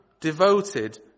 devoted